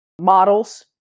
models